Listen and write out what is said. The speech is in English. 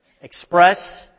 Express